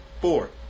four